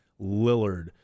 lillard